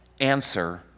Answer